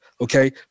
Okay